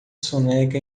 soneca